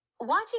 Watching